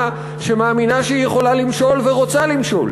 שמאמינה שהיא יכולה למשול ורוצה למשול.